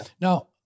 Now